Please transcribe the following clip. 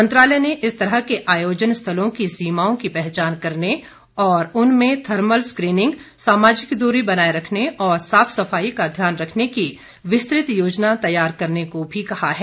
मंत्रालय ने इस तरह के आयोजन स्थलों की सीमाओं की पहचान करने और उनमें थर्मल स्क्रीनिंग सामाजिक दूरी बनाए रखने और साफ सफाई का ध्यान रखने की विस्तृत योजना तैयार करने को भी कहा है